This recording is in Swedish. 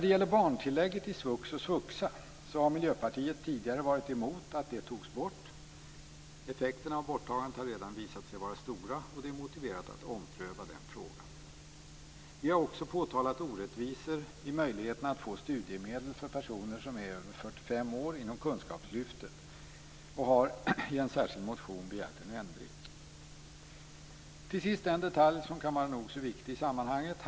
Miljöpartiet har tidigare varit emot att barntillägget i svux och svuxa togs bort. Effekterna av borttagandet har redan visat sig vara stora, och det är motiverat att ompröva frågan. Vi i Miljöpartiet har också påtalat orättvisor i möjligheterna att få studiemedel inom kunskapslyftet för personer som är över 45 år. Vi har i en särskild motion begärt en ändring. Till sist skall jag beröra en detalj som kan vara nog så viktig i sammanhanget.